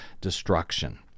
destruction